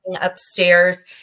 upstairs